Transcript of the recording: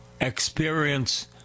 experience